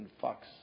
Fox